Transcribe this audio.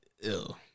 Ew